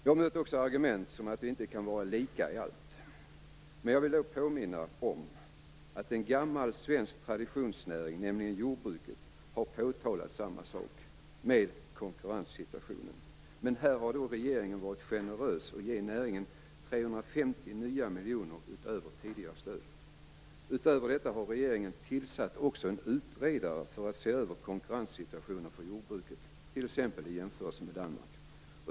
Jag har också mött argumentet att vi inte kan vara lika i allt. Jag vill då påminna om att en gammal svensk traditionsnäring, nämligen jordbruket, har påtalat samma sak när det gäller konkurrenssituationen. Men här har regeringen varit generös och givit näringen 350 nya miljoner utöver tidigare stöd. Utöver detta har regeringen också tillsatt en utredare för att se över konkurrenssituationen för jordbruket, t.ex. i jämförelse med Danmark.